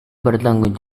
bertanggung